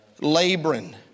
laboring